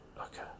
okay